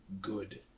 good